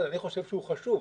אני חושב שהוא חשוב,